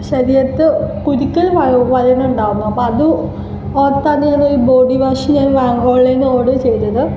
ശരീരത്ത് കുരുക്കള് വള വളരുന്നുണ്ടായിരുന്നു അപ്പോൾ അത് ഓർത്താണ് ബോഡി വാഷ് ഞാന് ഓൺലൈൻന്ന് ഓര്ഡര് ചെയ്തത്